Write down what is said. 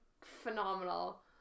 phenomenal